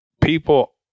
people